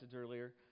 earlier